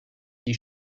die